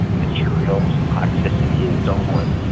materials, toxicity and so forth.